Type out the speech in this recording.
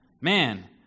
Man